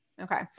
okay